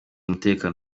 umutekano